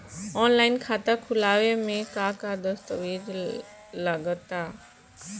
Online खाता खूलावे म का का दस्तावेज लगा ता?